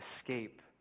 escape